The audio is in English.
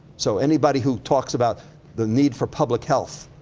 so anybody who talks about the need for public health,